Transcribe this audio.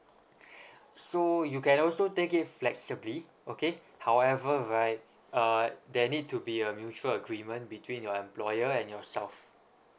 so you can also take it flexibly okay however right uh they need to be a mutual agreement between your employer and yourself